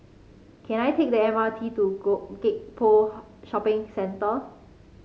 can I take the M R T to Gek Poh Shopping Centre